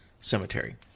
Cemetery